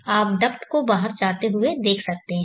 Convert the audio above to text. आप डक्ट को बाहर जाते हुए देख सकते हैं